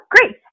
great